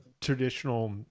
traditional